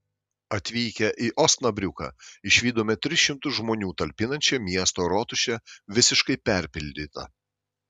atvykę į osnabriuką išvydome tris šimtus žmonių talpinančią miesto rotušę visiškai perpildytą